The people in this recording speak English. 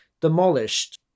demolished